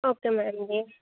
okay ma'am ਜੀ